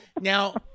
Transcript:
Now